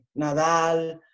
Nadal